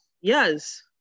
Yes